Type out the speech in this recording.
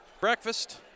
Breakfast